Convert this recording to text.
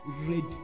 ready